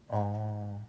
orh